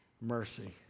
mercy